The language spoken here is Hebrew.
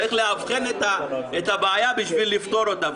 צריך לאבחן את הבעיה בשביל לפתור אותה.